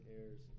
heirs